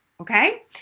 okay